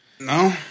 No